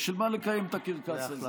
בשביל מה לקיים את הקרקס הזה?